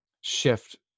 shift